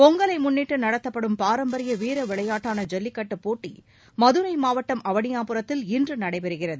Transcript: பொங்கலை முன்னிட்டு நடத்தப்படும் பாரம்பரிய வீர விளையாட்டான ஜல்லிக்கட்டு போட்டி மதுரை மாவட்டம் அவனியாபுரத்தில் இன்று நடைபெறுகிறது